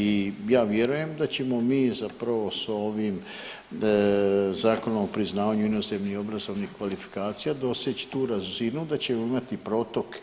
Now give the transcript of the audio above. I ja vjerujem da ćemo mi zapravo s ovim Zakonom o priznavanju inozemnih obrazovnih kvalifikacija doseći tu razinu, da ćemo imati protok